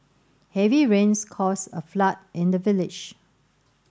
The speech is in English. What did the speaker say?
heavy rains caused a flood in the village